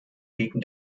wegen